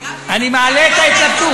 אני מעלה את ההתלבטות.